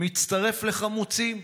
מצטרף ל"חמוצים",